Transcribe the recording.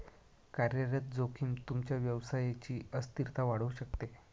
कार्यरत जोखीम तुमच्या व्यवसायची अस्थिरता वाढवू शकते